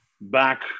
back